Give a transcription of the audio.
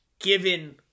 given